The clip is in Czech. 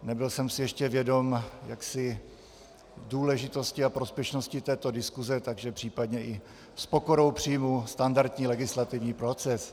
Nebyl jsem si ještě vědom důležitosti a prospěšnosti této diskuse, takže případně i s pokorou přijmu standardní legislativní proces.